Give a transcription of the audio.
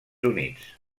units